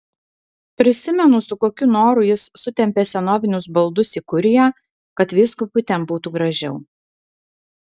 prisimenu su kokiu noru jis sutempė senovinius baldus į kuriją kad vyskupui ten būtų gražiau